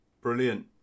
Brilliant